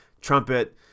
trumpet